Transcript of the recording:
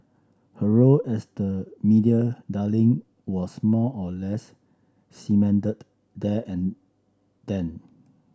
her role as the media darling was more or less cemented there and then